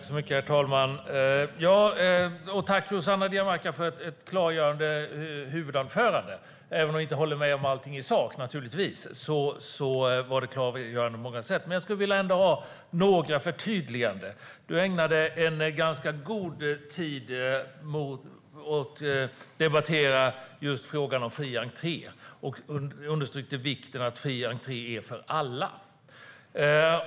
Herr talman! Jag vill tacka Rossana Dinamarca för ett klargörande huvudanförande. Även om jag naturligtvis inte håller med om allting i sak var det klargörande på många sätt. Jag skulle dock ändå vilja ha några förtydliganden. Rossana Dinamarca ägnade en ganska god stund åt att debattera just frågan om fri entré, och hon underströk vikten av att fri entré är för alla.